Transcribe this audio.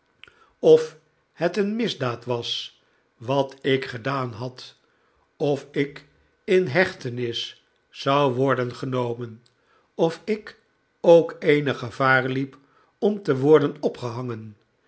of het een misdaad was wat ik gedaan had of ik in hechtenis zou worden genomen of ik ook eenig gevaar liep om te worden opgehangen